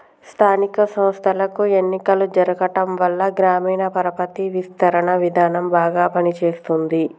స్థానిక సంస్థలకు ఎన్నికలు జరగటంవల్ల గ్రామీణ పరపతి విస్తరణ విధానం బాగా పని చేస్తుంది